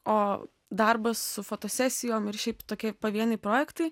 o darbas su fotosesijom ir šiaip tokie pavieniai projektai